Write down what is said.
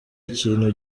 ikintu